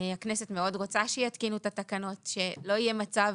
הכנסת מאוד רוצה שיתקינו את התקנות, שלא יהיה מצב